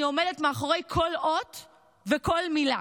אני עומדת מאחורי כל אות וכל מילה.